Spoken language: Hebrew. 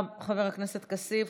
תודה, חבר הכנסת כסיף.